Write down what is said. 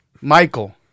Michael